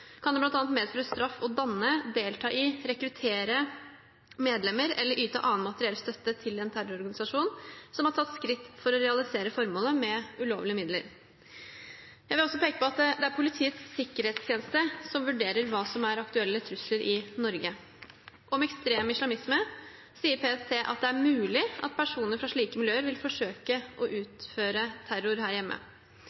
kan det bl.a. medføre straff å danne, delta i, rekruttere medlemmer eller yte annen materiell støtte til en terrororganisasjon som har tatt skritt for å realisere formålet med ulovlige midler. Jeg vil også peke på at det er Politiets sikkerhetstjeneste som vurderer hva som er aktuelle trusler i Norge. Om ekstrem islamisme sier PST at det er mulig at personer fra slike miljøer vil forsøke å